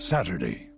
Saturday